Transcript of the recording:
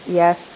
yes